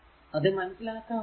അത് മനസ്സിലാക്കാമല്ലോ